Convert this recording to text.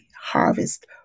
harvest